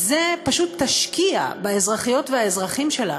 פשוט תשקיע באזרחיות ובאזרחים שלה.